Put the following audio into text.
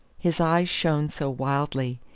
his eyes shone so wildly,